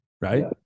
right